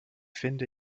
finde